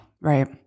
Right